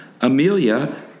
Amelia